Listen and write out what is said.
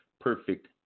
perfect